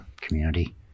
community